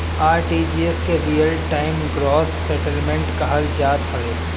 RTGS के real time gross settlement कहल जात हवे